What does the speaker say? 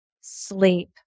sleep